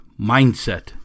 Mindset